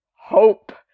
hope